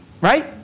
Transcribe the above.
right